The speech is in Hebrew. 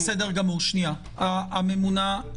הממונה,